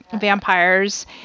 vampires